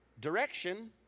Direction